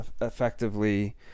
effectively